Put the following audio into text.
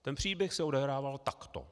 Ten příběh se odehrával takto.